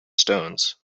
stones